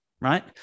right